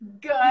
good